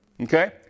Okay